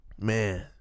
Man